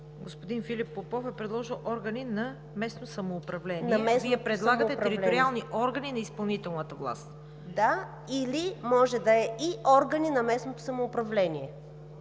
Господин Попов е предложил „органи на местно самоуправление“. Вие предлагате „териториални органи на изпълнителната власт“. ДЕСИСЛАВА АТАНАСОВА: Да, или може да е „и органи на местното самоуправление“,